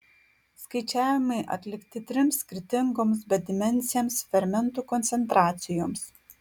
skaičiavimai atlikti trims skirtingoms bedimensėms fermentų koncentracijoms